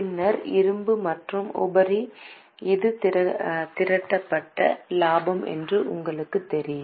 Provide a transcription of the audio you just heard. பின்னர் இருப்பு மற்றும் உபரி இது திரட்டப்பட்ட லாபம் என்று உங்களுக்குத் தெரியும்